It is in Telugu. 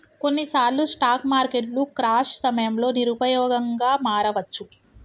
కొన్నిసార్లు స్టాక్ మార్కెట్లు క్రాష్ సమయంలో నిరుపయోగంగా మారవచ్చు